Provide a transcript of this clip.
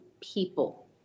people